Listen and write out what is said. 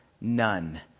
None